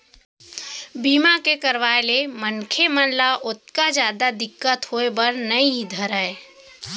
बीमा के करवाय ले मनखे मन ल ओतका जादा दिक्कत होय बर नइ धरय